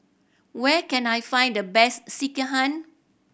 where can I find the best Sekihan